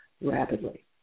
rapidly